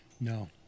No